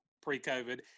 pre-COVID